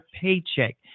paycheck